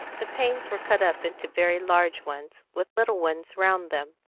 the panes were cut up into very large ones, with little ones round them.